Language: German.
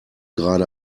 gerade